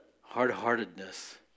hard-heartedness